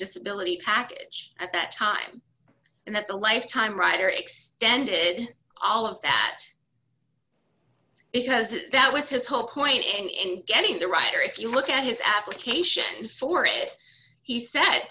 disability package at that time and that the lifetime rider extended all of that because that was his whole point and any the right or if you look at his application for it he said